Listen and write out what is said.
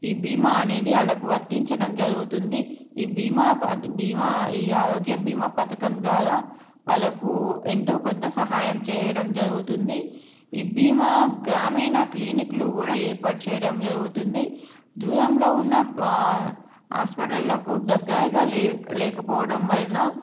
ఈ బీమా అనేది వాళ్లకు వర్తించడం జరుగుతుంది ఈ బీమా బీమా ఈ ఆరోగ్య బీమా పథకం ద్వారా వాళ్లకు ఎంతో కొంత సహాయం చేయడం జరుగుతుంది ఈ బీమా గ్రామీణ క్లినిక్లు కూడా ఏర్పాటు చేయడం జరుగుతుంది దూరంలో ఉన్న హాస్పిటల్లకు దగ్గరగా లేక లేకపోవటం వలన